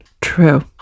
True